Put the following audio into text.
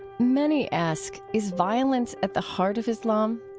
many ask, is violence at the heart of islam?